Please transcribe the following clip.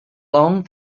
long